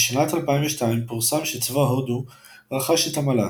בשנת 2002 פורסם שצבא הודו רכש את המל"ט.